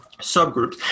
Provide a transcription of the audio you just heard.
subgroups